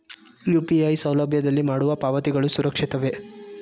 UPI ಸೌಲಭ್ಯದಲ್ಲಿ ಮಾಡುವ ಪಾವತಿಗಳು ಸುರಕ್ಷಿತವೇ?